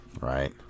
Right